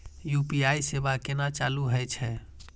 UPI सेवा केना चालू है छै?